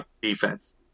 Defense